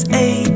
eight